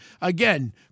Again